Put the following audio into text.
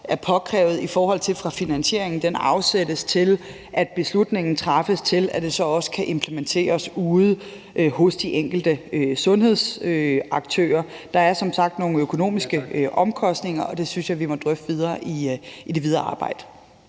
det kræve noget tid, fra finansieringen afsættes og beslutningen træffes, til at det også kan implementeres ude hos de enkelte sundhedsaktører. Der er som sagt nogle økonomiske omkostninger, og det synes jeg vi må drøfte yderligere i det videre arbejde.